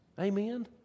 Amen